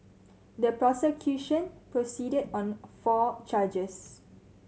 the prosecution proceeded on four charges